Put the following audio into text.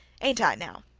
ain't i now